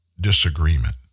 disagreement